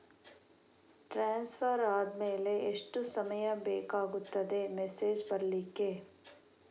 Transfer ಆದ್ಮೇಲೆ ಎಷ್ಟು ಸಮಯ ಬೇಕಾಗುತ್ತದೆ ಮೆಸೇಜ್ ಬರ್ಲಿಕ್ಕೆ?